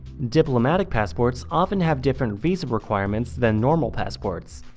diplomatic passports often have different visa requirements than normal passports,